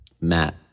Matt